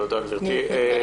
תודה, גברתי.